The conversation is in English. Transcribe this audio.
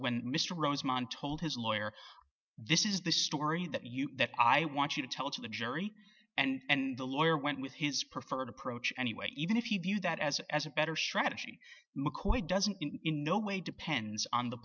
when mr rosemont told his lawyer this is the story that you that i want you to tell to the jury and the lawyer went with his preferred approach anyway even if you view that as as a better strategy doesn't in no way depends on the